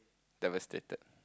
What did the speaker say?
devastated